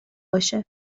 باشه